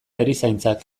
erizaintzak